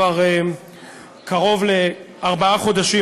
כבר קרוב לארבעה חודשים,